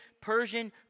Persian